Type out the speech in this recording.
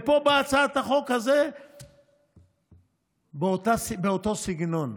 פה באה הצעת החוק הזו באותו סגנון.